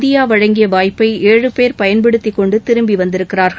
India வழங்கிய வாய்ப்பை ஏழு பேர் பயன்படுத்தி கொண்டு திரும்பி வந்திருக்கிறார்கள்